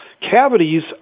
Cavities